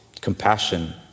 compassion